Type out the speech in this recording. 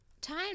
Time